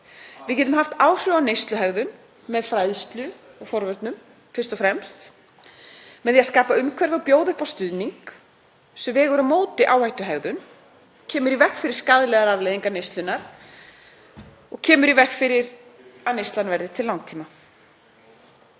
Við getum haft áhrif á neysluhegðun með fræðslu og forvörnum fyrst og fremst, með því að skapa umhverfi og bjóða upp á stuðning sem vegur á móti áhættuhegðun, kemur í veg fyrir skaðlegar afleiðingar neyslunnar og kemur í veg fyrir að neyslan verði til langtíma.